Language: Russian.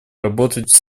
работать